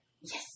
Yes